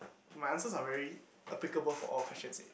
my answers are very applicable for all questions eh